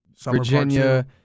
virginia